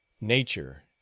nature